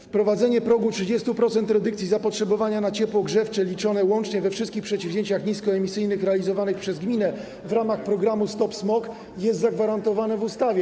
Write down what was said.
Wprowadzenie progu 30-procentowej redukcji zapotrzebowania na ciepło grzewcze, liczonego łącznie, we wszystkich przedsięwzięciach niskoemisyjnych realizowanych przez gminę w ramach programu „Stop smog”, jest zagwarantowane w ustawie.